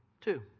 Two